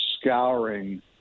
scouring